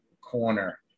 corner